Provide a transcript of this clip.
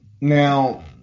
now